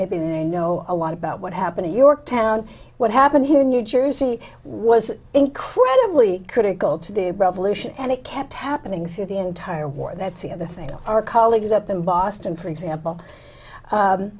maybe they know a lot about what happened at yorktown what happened here in new jersey was incredibly critical to the revolution and it kept happening through the entire war that's the other thing our colleagues up in boston for example